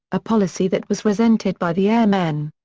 a policy that was resented by the airmen.